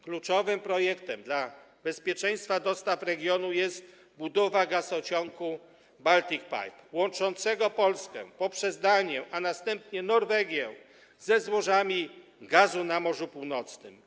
Kluczowym projektem dla bezpieczeństwa dostaw w regionie jest budowa gazociągu Baltic Pipe, łączącego Polskę poprzez Danię, a następnie Norwegię ze złożami gazu na Morzu Północnym.